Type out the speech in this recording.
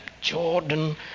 Jordan